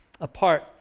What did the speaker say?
apart